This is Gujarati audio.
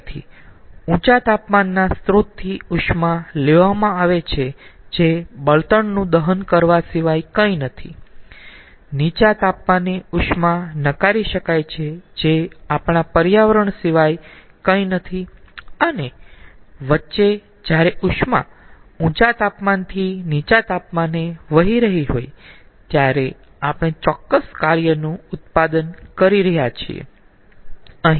તેથી ઉંચા તાપમાનના સ્ત્રોતથી ઉષ્મા લેવામાં આવે છે જે બળતણનું દહન કરવા સિવાય કંઇ નથી નીચા તાપમાને ઉષ્મા નકારી શકાય છે જે આપણા પર્યાવરણ સિવાય કંઈ નથી અને વચ્ચે જ્યારે ઉષ્મા ઊંચા તાપમાન થી નીચા તાપમાને વહી રહી હોય ત્યારે આપણે ચોક્કસ કાર્યનું ઉત્પાદન કરી રહ્યા છીએ